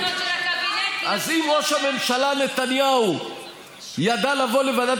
אז אם ראש הממשלה נתניהו ידע לבוא לוועדת